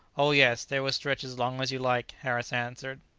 oh, yes, they will stretch as long as you like, harris answered,